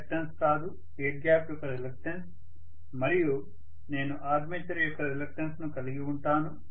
inductance కాదు air gap యొక్క reluctance మరియు నేను ఆర్మేచర్ యొక్క రిలక్టన్స్ ను కలిగి ఉంటాను